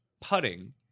putting